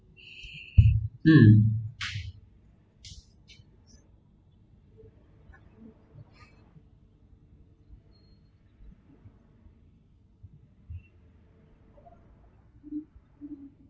um